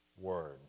word